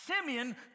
Simeon